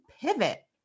pivot